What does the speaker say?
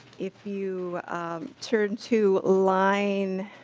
if you turn to line